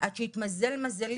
עד שהתמזל מזלי,